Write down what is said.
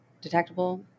detectable